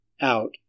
out